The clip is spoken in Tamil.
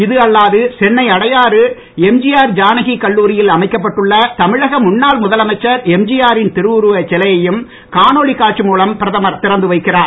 இதுஅல்லாது சென்னை அடையாறு எம்ஜிஆர் ஜானகி கல்லூரியில் அமைக்கப்பட்டுள்ள தமிழக முன்னாள் முதலமைச்சர் எம்ஜிஆரின் திருவுருவச் சிலையையும் காணொலி காட்சி மூலம் பிரதமர் திறந்து வைக்கிறார்